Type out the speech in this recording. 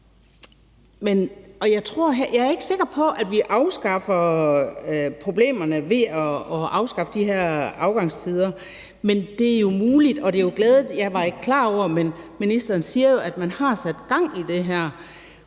Jeg er ikke sikker på, at vi afskaffer problemerne ved at afskaffe de her afgangstider, men det er jo muligt, og det er jo glædeligt, at man, hvilket jeg ikke var klar over, men det siger ministeren jo, har sat gang i det her,